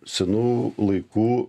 senų laikų